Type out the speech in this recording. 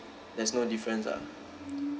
there's no difference ah